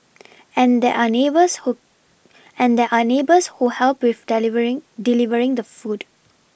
and there are neighbours who and there are neighbours who help with delivering the food